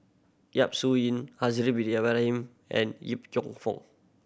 Yap Su Yin Haslir Bin Ibrahim and Yip Cheong Fun